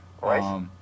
Right